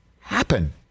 happen